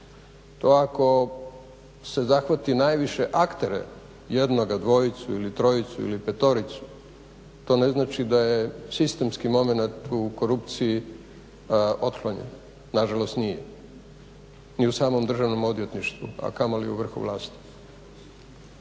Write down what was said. To ako se zahvati najviše aktere jednog, dvojicu, trojicu ili petoricu, to ne znači da je sistemski momenat u korupciji otklonjen, nažalost nije ni u samom državnom odvjetništvu, a kamoli u vrhu vlasti.